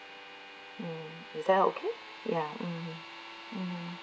mm is that okay ya mmhmm mmhmm